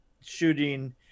shooting